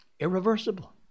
irreversible